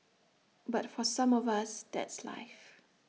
but for some of us that's life